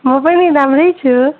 म पनि राम्रै छु